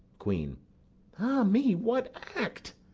queen. ah me, what act,